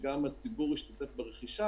שגם הציבור ישתתף ברכישה,